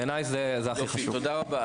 תודה רבה.